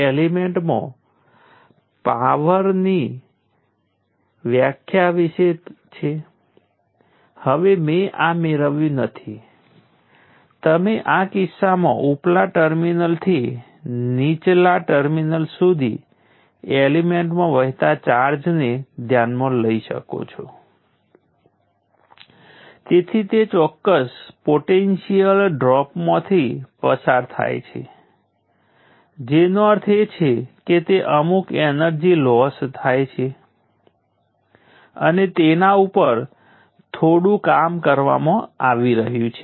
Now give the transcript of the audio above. હવે આપણે કેવી રીતે નક્કી કરીશું કે તે એક્ટિવ છે કે પેસિવ છે ફરીથી કેપેસિટર તરીકે આપણે ઇન્ડક્ટર માટે 0 સ્ટેટ્સથી શરૂ થતી એનર્જીને જોઈશું કે શું તે એનર્જી શોષી શકે છે અથવા ડીલીવર કરી શકે છે